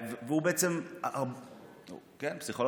פסיכולוג.